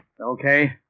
Okay